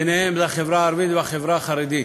וביניהן החברה הערבית והחברה החרדית.